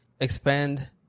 expand